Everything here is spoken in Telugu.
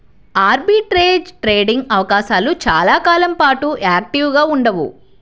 ఆర్బిట్రేజ్ ట్రేడింగ్ అవకాశాలు చాలా కాలం పాటు యాక్టివ్గా ఉండవు